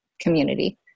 community